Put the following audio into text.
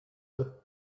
deux